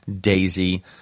Daisy